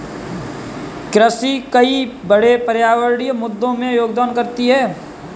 कृषि कई बड़े पर्यावरणीय मुद्दों में योगदान करती है